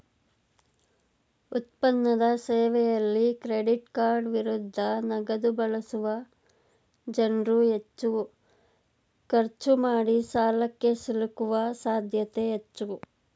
ಉತ್ಪನ್ನದ ಸೇವೆಯಲ್ಲಿ ಕ್ರೆಡಿಟ್ಕಾರ್ಡ್ ವಿರುದ್ಧ ನಗದುಬಳಸುವ ಜನ್ರುಹೆಚ್ಚು ಖರ್ಚು ಮಾಡಿಸಾಲಕ್ಕೆ ಸಿಲುಕುವ ಸಾಧ್ಯತೆ ಹೆಚ್ಚು